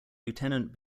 lieutenant